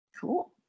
cool